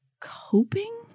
coping